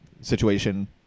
situation